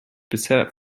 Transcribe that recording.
bisher